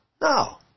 No